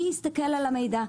מי יסתכל על המידע.